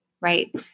right